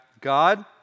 God